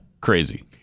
crazy